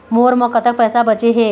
मोर म कतक पैसा बचे हे?